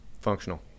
Functional